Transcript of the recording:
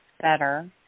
better